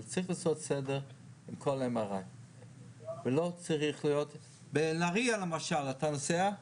צריך לעשות סדר עם כל MRI. בנהריה למשל, אתה נוסע?